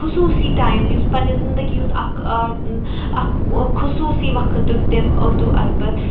خصوٗصی ٹایم یُس پنٛنہِ زِندگی ہُنٛد اَکھ آٹ اکھ خصوٗصی وقت دیُت تٔمۍ اُردو اَدبس